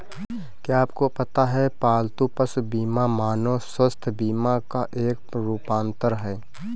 क्या आपको पता है पालतू पशु बीमा मानव स्वास्थ्य बीमा का एक रूपांतर है?